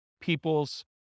people's